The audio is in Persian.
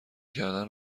کردن